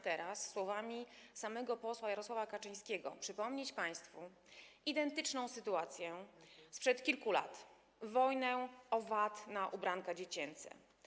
Teraz chcę słowami samego posła Jarosława Kaczyńskiego przypomnieć państwu identyczną sytuację sprzed kilku lat - wojnę o VAT na ubranka dziecięce.